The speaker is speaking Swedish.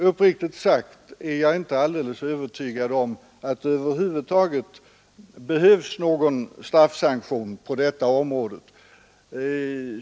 Uppriktigt sagt är jag inte helt övertygad om att det över huvud taget behövs någon straffsanktion på detta område.